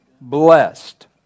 Blessed